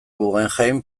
guggenheim